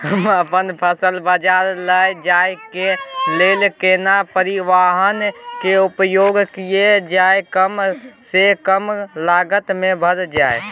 हम अपन फसल बाजार लैय जाय के लेल केना परिवहन के उपयोग करिये जे कम स कम लागत में भ जाय?